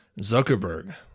Zuckerberg